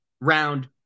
round